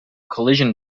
collision